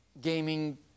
gaming